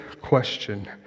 question